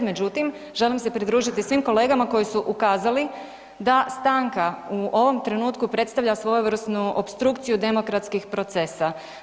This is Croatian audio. Međutim, želim se pridružiti svim kolegama koji su ukazali da stanka u ovom trenutku predstavlja svojevrsnu opstrukciju demokratskih procesa.